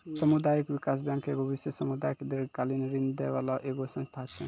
समुदायिक विकास बैंक एगो विशेष समुदाय के दीर्घकालिन ऋण दै बाला एगो संस्था छै